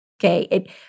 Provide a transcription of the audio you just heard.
Okay